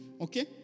okay